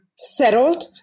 settled